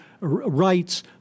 rights